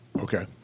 Okay